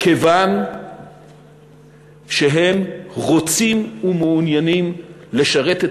כיוון שהם רוצים ומעוניינים לשרת את